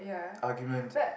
argument